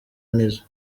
nizzo